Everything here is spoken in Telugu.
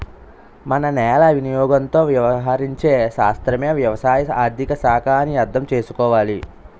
మన నేల వినియోగంతో వ్యవహరించే శాస్త్రమే వ్యవసాయ ఆర్థిక శాఖ అని అర్థం చేసుకోవాలి